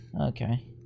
okay